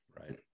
right